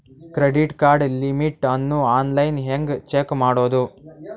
Credit card limit ಅನ್ನು online ಹೆಂಗ್ check ಮಾಡೋದು?